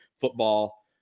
football